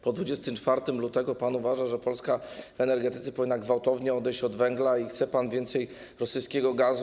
Po 24 lutego pan uważa, że Polska w energetyce powinna gwałtownie odejść od węgla, i chce pan więcej rosyjskiego gazu.